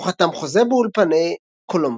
הוא חתם חוזה באולפני קולומביה,